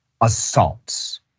assaults